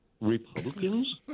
Republicans